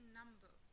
number